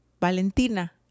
Valentina